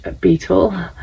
beetle